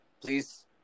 please